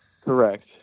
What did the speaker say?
Correct